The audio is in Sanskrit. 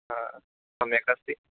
सम्यक् अस्ति